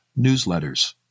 newsletters